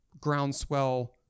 groundswell